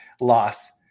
loss